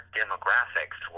demographics